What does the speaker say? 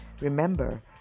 Remember